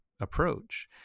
approach